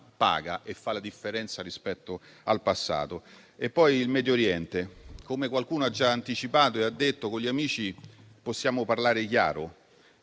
paga e fa la differenza rispetto al passato. Per quanto riguarda il Medio Oriente - come qualcuno ha già anticipato - con gli amici possiamo parlare chiaro